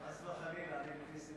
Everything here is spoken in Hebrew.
חס וחלילה, אני ונסים